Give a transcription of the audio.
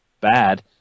bad